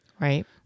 Right